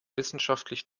wissenschaftlich